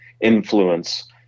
influence